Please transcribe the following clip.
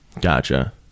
Gotcha